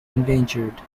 endangered